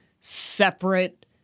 separate